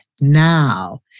now